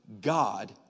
God